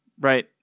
right